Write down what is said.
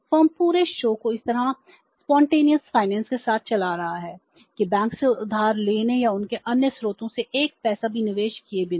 firm पूरे show को इस तरह सहज वित्त के साथ चला रहा है कि बैंक से उधार लेने या उनके अन्य स्रोतों से एक पैसा भी निवेश किए बिना